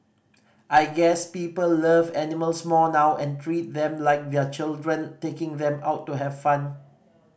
I guess people love animals more now and treat them like their children taking them out to have fun